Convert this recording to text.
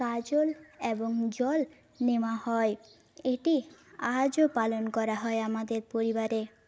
কাজল এবং জল নেওয়া হয় এটি আজও পালন করা হয় আমাদের পরিবারে